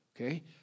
okay